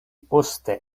poste